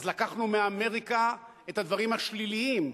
אז לקחנו מאמריקה את הדברים השליליים,